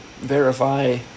verify